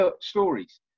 stories